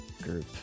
group